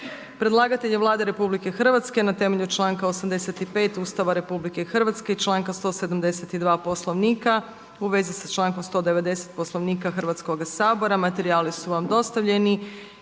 Predlagatelj je Vlada RH na temelju članka 85. Ustava RH, članka 172. Poslovnika, u vezi s člankom 190. Poslovnika Hrvatskoga sabora. Materijali su vam dostavljeni.